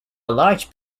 large